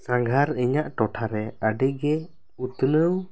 ᱥᱟᱸᱜᱷᱟᱨ ᱤᱧᱟᱹᱜ ᱴᱚᱴᱷᱟ ᱨᱮ ᱟᱹᱰᱤ ᱜᱮ ᱩᱛᱱᱟᱹᱣ